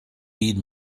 byd